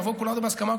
נעבוד כולנו בהסכמה,